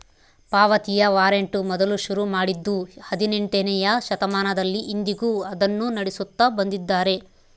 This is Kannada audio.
ಪಾವತಿಯ ವಾರಂಟ್ ಮೊದಲು ಶುರು ಮಾಡಿದ್ದೂ ಹದಿನೆಂಟನೆಯ ಶತಮಾನದಲ್ಲಿ, ಇಂದಿಗೂ ಅದನ್ನು ನಡೆಸುತ್ತ ಬಂದಿದ್ದಾರೆ